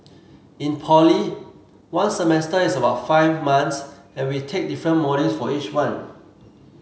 in poly one semester is about five months and we take different modules for each one